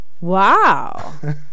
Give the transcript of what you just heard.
Wow